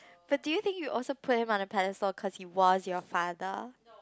but do you think you also put him on a pedestal cause he was your father